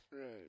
right